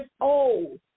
old